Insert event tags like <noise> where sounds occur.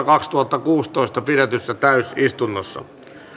<unintelligible> kaksituhattakuusitoista pidetyssä kolmannessa täysistunnossa